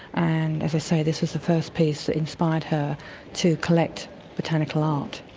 and as i say, this was the first piece that inspired her to collect botanical art.